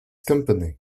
company